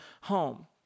home